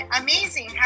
amazing